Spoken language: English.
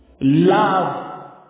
Love